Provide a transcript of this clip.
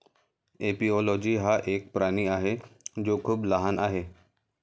एपिओलोजी हा एक प्राणी आहे जो खूप लहान आहे